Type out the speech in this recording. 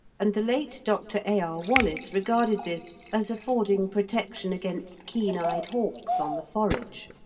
and the late dr. a. r. wallace regarded this as affording protection against keen-eyed hawks on the forage.